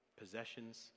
possessions